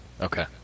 Okay